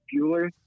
Bueller